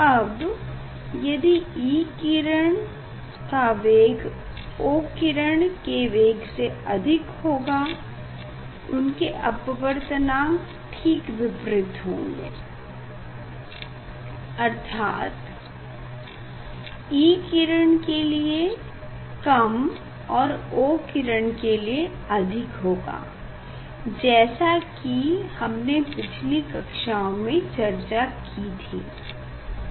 अब यदि E किरण का वेग O किरण के वेग से अधिक होगा उनके अपवर्तनांक ठीक विपरीत होंगे अर्थात E किरण के लिए कम और O किरण के लिए अधिक होगा जैसा कि हमने पिछली कक्षाओं में चर्चा कि थी